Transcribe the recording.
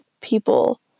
people